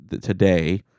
today